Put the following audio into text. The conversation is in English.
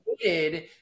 created